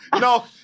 No